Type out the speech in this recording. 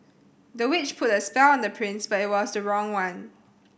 the witch put a spell on the prince but it was the wrong one